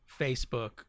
Facebook